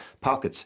pockets